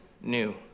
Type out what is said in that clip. new